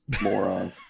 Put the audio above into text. moron